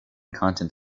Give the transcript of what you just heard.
content